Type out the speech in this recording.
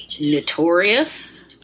notorious